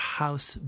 house